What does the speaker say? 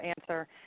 answer